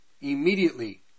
immediately